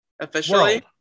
Officially